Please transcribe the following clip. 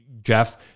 jeff